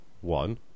one